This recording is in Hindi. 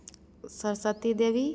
सरस्वती देवी